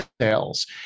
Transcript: sales